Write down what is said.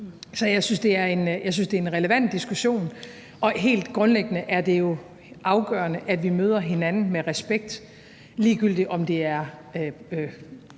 Så jeg synes, det er en relevant diskussion. Helt grundlæggende er det jo afgørende, at vi møder hinanden med respekt, ligegyldigt om det er